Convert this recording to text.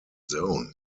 zone